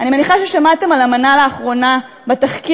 אני מניחה ששמעתם על "אמנה" לאחרונה בתחקיר